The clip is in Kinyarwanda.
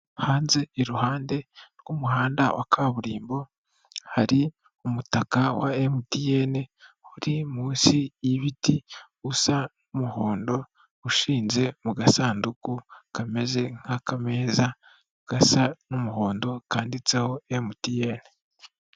Hanze iruhande rw'umuhanda wa kaburimbo hari umutaka wa MTN, uri munsi y'ibiti usa n'umuhondo, ushinze mu gasanduku kameze nk'akameza gasa n'umuhondo kanditseho MTN.